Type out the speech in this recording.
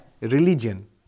religion